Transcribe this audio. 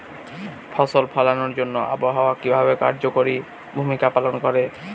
ফসল ফলানোর জন্য আবহাওয়া কিভাবে কার্যকরী ভূমিকা পালন করে?